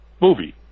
movie